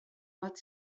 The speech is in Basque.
bat